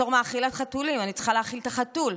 בתור מאכילת חתולים אני צריכה להאכיל את החתול.